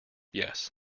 yes